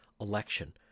election